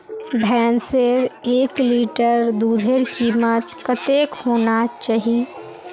भैंसेर एक लीटर दूधेर कीमत कतेक होना चही?